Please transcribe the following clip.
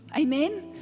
Amen